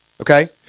okay